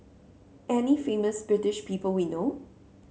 any famous British people we know